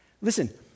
Listen